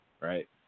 right